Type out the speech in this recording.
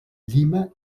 llima